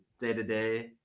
day-to-day